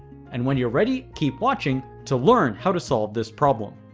and when you're ready keep watching to learn how to solve this problem